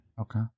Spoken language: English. Okay